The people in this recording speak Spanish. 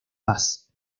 paz